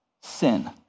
sin